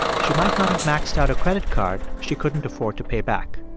she might not have maxed out a credit card she couldn't afford to pay back.